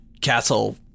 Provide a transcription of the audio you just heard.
castle